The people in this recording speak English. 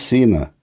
Cena